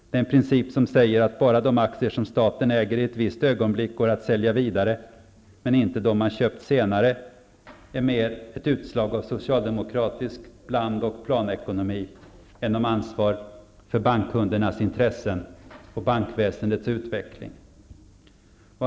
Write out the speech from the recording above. Den princip som säger att bara de aktier som staten äger i ett visst ögonblick går att sälja vidare, men inte de man köpt senare, är mer ett utslag av socialdemokratisk bland och planekonomi än av ansvar för bankkundernas intressen och bankväsendets utveckling.